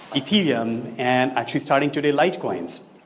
ethereum and actually starting today, light coins.